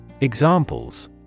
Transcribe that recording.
Examples